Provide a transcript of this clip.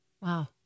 Wow